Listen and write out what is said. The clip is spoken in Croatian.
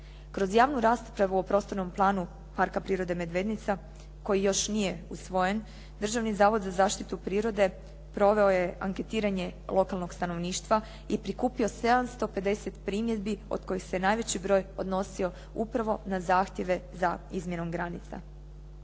Kroz javnu raspravu o prostornom planu Parka prirode "Medvednica" koji još nije usvojen, Državni zavod za zaštitu prirode proveo je anketiranje lokalnog stanovništva i prikupio 750 primjedbi, od kojih se najveći broj odnosio upravo na zahtjeve za izmjenom granica.